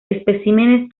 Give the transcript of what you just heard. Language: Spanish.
especímenes